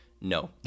no